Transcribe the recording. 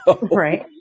Right